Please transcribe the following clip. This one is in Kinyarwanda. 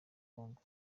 kongo